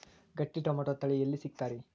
ಗಟ್ಟಿ ಟೊಮೇಟೊ ತಳಿ ಎಲ್ಲಿ ಸಿಗ್ತರಿ?